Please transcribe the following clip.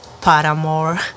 Paramore